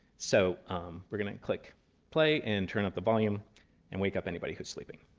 so we're going to click play and turn up the volume and wake up anybody who's sleeping.